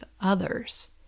others